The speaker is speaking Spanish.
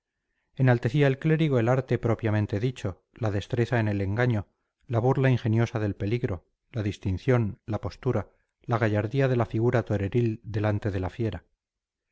sevillana enaltecía el clérigo el arte propiamente dicho la destreza en el engaño la burla ingeniosa del peligro la distinción la postura la gallardía de la figura toreril delante de la fiera